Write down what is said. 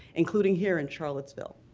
including here in charlottesville.